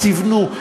אז תבנו,